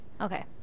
Okay